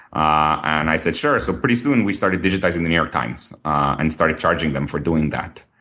and i said, sure. so pretty soon we started digitizing the new york times and started charging them for doing that.